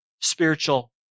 spiritual